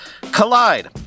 Collide